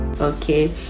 okay